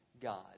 God